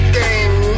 game